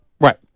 Right